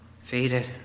faded